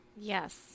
Yes